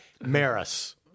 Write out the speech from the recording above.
Maris